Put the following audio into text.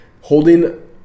Holding